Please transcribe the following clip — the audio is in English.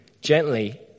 gently